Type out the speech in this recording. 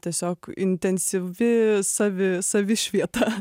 tiesiog intensyvi savi savišvieta